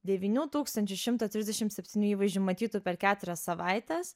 devynių tūkstančių šimto trisdešim septynių įvaizdžių matytų per keturias savaites